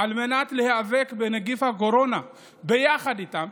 על מנת להיאבק בנגיף הקורונה ביחד איתם,